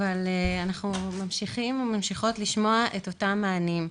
אבל אנחנו ממשיכים וממשיכות לשמוע את אותם מענים: